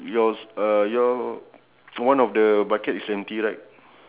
what are your sheep doing